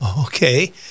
Okay